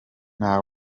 nta